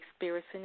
experiencing